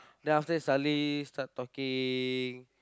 then after that suddenly start talking